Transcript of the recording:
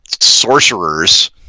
sorcerers